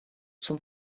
zum